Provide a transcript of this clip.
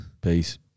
Peace